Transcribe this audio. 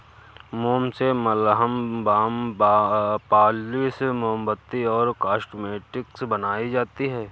मोम से मलहम, बाम, पॉलिश, मोमबत्ती और कॉस्मेटिक्स बनाई जाती है